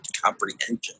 comprehension